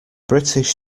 british